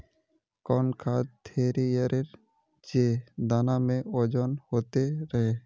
कौन खाद देथियेरे जे दाना में ओजन होते रेह?